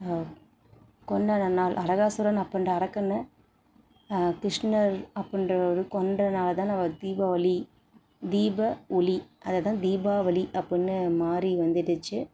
கொன்ற நன்னாள் நரகாசுரன் அப்பின்ற அரக்கன கிருஷ்ணர் அப்பிடின்றவரு கொன்ற நாளை தான் நம்ம தீபாவளி தீப ஒளி அதை தான் தீபாவளி அப்பிடின்னு மாறி வந்துடுச்சு